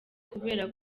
kubera